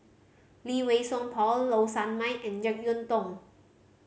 Lee Wei Song Paul Low Sanmay and Jek Yeun Thong